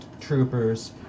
troopers